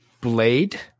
blade